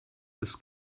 das